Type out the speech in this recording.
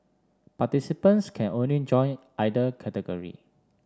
participants can only join either category